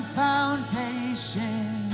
foundation